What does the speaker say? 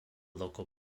local